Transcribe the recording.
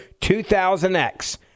2000X